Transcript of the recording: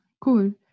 cool